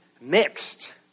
mixed